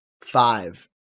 five